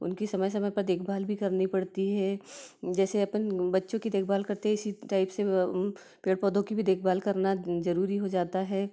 उनकी समय समय पर देखभाल भी करनी पड़ती है जैसे अपन बच्चों की देखभाल करते है इसी टाइप से व पेड़ पौधों की भी देखभाल करना जरूरी हो जाता है